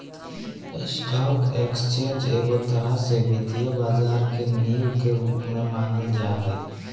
stock exchange एगो तरह से वित्तीय बाजार के नींव के रूप मे मानल जा हय